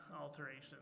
alteration